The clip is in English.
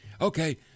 Okay